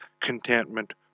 contentment